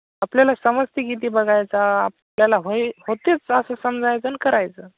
आपल्याला समजते किती बघायचा आपल्याला होय होतेच असं समजायचं आणि करायचं